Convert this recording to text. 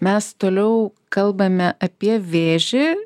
mes toliau kalbame apie vėžį